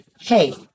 hey